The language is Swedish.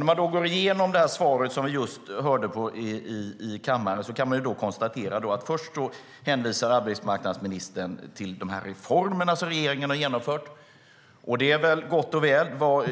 När man går igenom det svar som vi just hörde i kammaren kan man konstatera att arbetsmarknadsministern först hänvisar till de reformer som regeringen har genomfört. Det är väl gott och väl. Vad